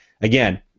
again